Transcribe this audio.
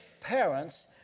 parents